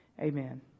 Amen